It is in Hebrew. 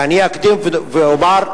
ואני אקדים ואומר,